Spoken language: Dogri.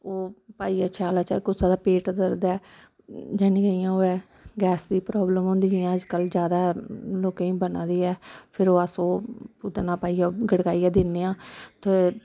ओहे पाइयै शैल कुसै दे पेट दर्द ऐ जानि के ओह् ऐ गैस दी प्रब्लम होंदी जि'यां अजकल्ल जादै लोकें गी बना दी ऐ फिर अस ओह् पूतना पाइयै गड़काई दिन्ने आं ते